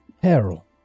peril